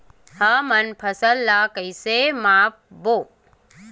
हमन फसल ला कइसे माप बो?